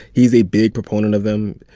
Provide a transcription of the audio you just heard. he's a big proponent of them.